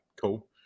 cool